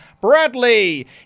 Bradley